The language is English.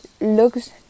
looks